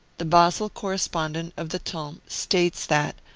the basle correspondent of the temps states that,